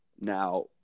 Now